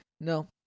No